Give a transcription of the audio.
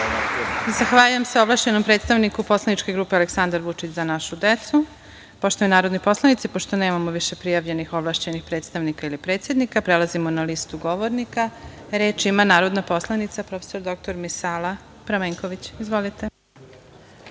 Zahvaljujem se ovlašćenom predstavniku poslaničke grupe Aleksandar Vučić – Za našu decu. Poštovani narodni poslanici, pošto nemamo više prijavljenih ovlašćenih predstavnika ili predsednika, prelazimo na listu govornika. Reč ima narodna poslanica prof. dr Misala Pramenković. Izvolite.